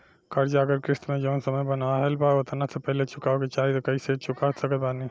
कर्जा अगर किश्त मे जऊन समय बनहाएल बा ओतना से पहिले चुकावे के चाहीं त कइसे चुका सकत बानी?